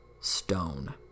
stone